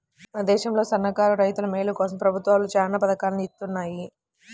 మన దేశంలో చిన్నసన్నకారు రైతుల మేలు కోసం ప్రభుత్వాలు చానా పథకాల్ని ఇత్తన్నాయి